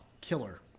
killer